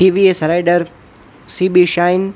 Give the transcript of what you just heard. TVS Raider CB shine